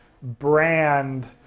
brand